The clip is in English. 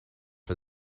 for